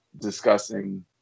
discussing